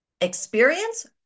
Experience